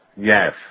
Yes